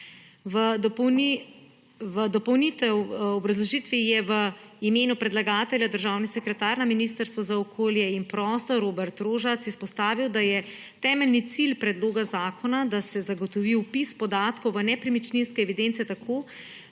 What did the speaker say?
V dopolnilni obrazložitvi je v imenu predlagatelja državni sekretar na Ministrstvu za okolje in prostor Robert Rožac izpostavil, da je temeljni cilj predloga zakona, da se zagotovi vpis podatkov v nepremičninske evidence tako,